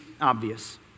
obvious